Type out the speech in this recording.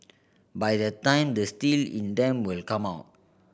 by that time the steel in them will come out